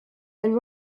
and